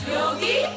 Yogi